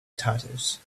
tatters